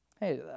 Hey